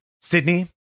Sydney